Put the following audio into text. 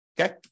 okay